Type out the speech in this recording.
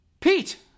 Pete